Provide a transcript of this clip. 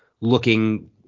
looking